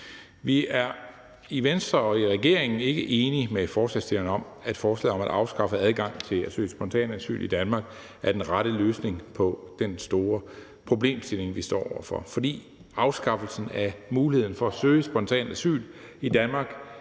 Vi er i Venstre og i regeringen ikke enige med forslagsstillerne i, at forslaget om at afskaffe adgangen til at søge spontant asyl i Danmark er den rette løsning på den store problemstilling, vi står over for. For afskaffelsen af muligheden for at søge spontant asyl i Danmark